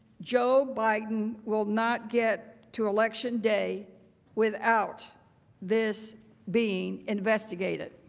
joe biden will not get to election day without this being investigated.